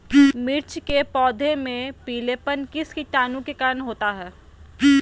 मिर्च के पौधे में पिलेपन किस कीटाणु के कारण होता है?